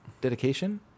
dedication